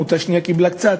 עמותה שנייה קיבלה קצת.